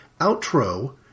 outro